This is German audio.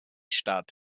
stadt